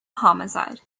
homicide